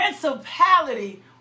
principality